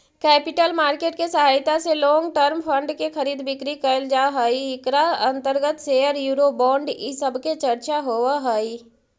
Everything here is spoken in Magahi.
कैपिटल मार्केट के सहायता से लोंग टर्म फंड के खरीद बिक्री कैल जा हई इकरा अंतर्गत शेयर यूरो बोंड इ सब के चर्चा होवऽ हई